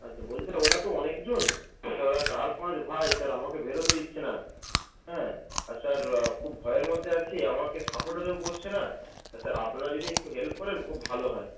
আচ্ছা বলছি স্যার ওরা তো অনেকজন স্যার ওরা চার পাঁচ ভাই স্যার আমাকে বেরোতে দিচ্ছে না হ্যাঁ আর স্যার খুব ভয়ের মধ্যে আছি আমাকে সাপোর্টেতেও করছে না স্যার আপনারা যদি একটু হেল্প করেন খুব ভালো হয়